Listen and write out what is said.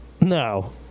No